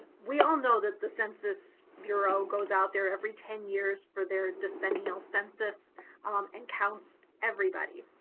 we all know that the census bureau goes out there every ten years for their decennial census um and counts everybody